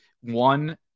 One